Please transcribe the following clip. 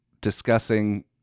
discussing